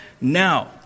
now